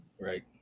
Right